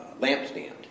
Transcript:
lampstand